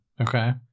okay